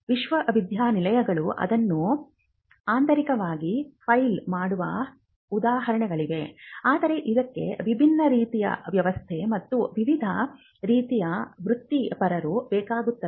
ವಿಶ್ವವಿದ್ಯಾನಿಲಯಗಳು ಅದನ್ನು ಆಂತರಿಕವಾಗಿ ಫೈಲ್ ಮಾಡುವ ಉದಾಹರಣೆಗಳಿವೆ ಆದರೆ ಇದಕ್ಕೆ ವಿಭಿನ್ನ ರೀತಿಯ ವ್ಯವಸ್ಥೆ ಮತ್ತು ವಿವಿಧ ರೀತಿಯ ವೃತ್ತಿಪರರು ಬೇಕಾಗುತ್ತಾರೆ